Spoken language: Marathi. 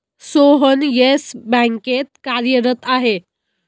सोहन येस बँकेत कार्यरत आहे